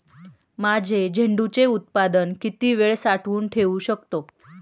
माझे झेंडूचे उत्पादन किती वेळ साठवून ठेवू शकतो?